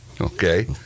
Okay